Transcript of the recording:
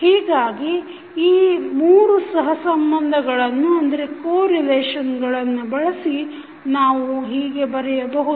ಹೀಗಾಗಿ ಈ 3 ಸಹ ಸಂಬಂಧಗಳನ್ನು ಬಳಸಿ ನಾವು ಹೀಗೆ ಬರೆಯಬಹುದು